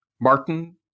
Martin